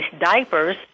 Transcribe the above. diapers